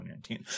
2019